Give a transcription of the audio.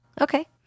Okay